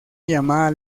llamada